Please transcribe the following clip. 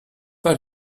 pas